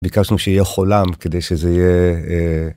ביקשנו שיהיה חולם כדי שזה יהיה.